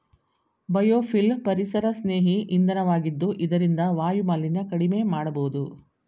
biofuel ಪರಿಸರಸ್ನೇಹಿ ಇಂಧನ ವಾಗಿದ್ದು ಇದರಿಂದ ವಾಯುಮಾಲಿನ್ಯ ಕಡಿಮೆ ಮಾಡಬೋದು